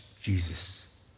Jesus